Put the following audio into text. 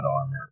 armor